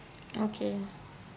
okay